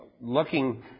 looking